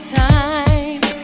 time